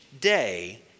day